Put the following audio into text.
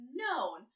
known